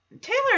Taylor